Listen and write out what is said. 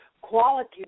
quality